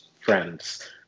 friend's